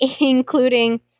including